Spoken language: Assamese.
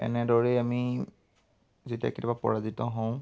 এনেদৰেই আমি যেতিয়া কেতিয়াবা পৰাজিত হওঁ